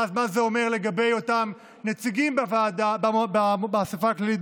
ואז מה זה אומר לגבי אותם נציגים באספה הכללית,